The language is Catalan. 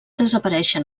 desaparèixer